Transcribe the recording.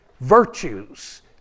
virtues